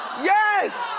yes!